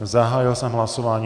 Zahájil jsem hlasování.